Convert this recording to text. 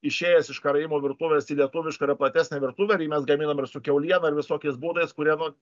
išėjęs iš karaimų virtuvės į lietuvišką yra platesnę virtuvę tai mes gaminam ir su kiauliena ir visokiais būdais kurie nu